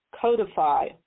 codify